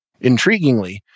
intriguingly